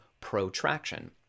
protraction